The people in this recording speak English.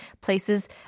places